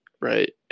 right